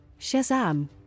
Shazam